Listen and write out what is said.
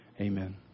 Amen